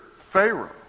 Pharaoh